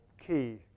key